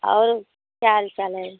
और क्या हाल चाल है